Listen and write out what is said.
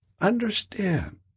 understand